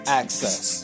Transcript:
access